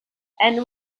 and